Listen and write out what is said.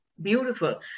Beautiful